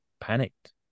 panicked